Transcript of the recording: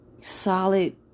solid